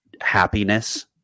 happiness